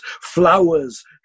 flowers